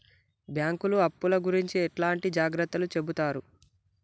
బ్యాంకులు అప్పుల గురించి ఎట్లాంటి జాగ్రత్తలు చెబుతరు?